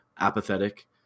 apathetic